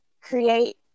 create